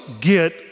get